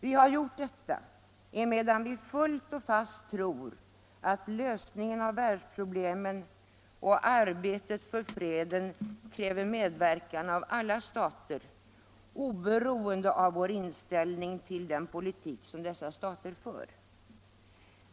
Vi har gjort detta emedan vi fullt och fast tror att lösningen av världsproblemen och arbetet för freden kräver medverkan av alla stater, oberoende av vår inställning till den politik som dessa stater för.